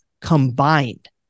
combined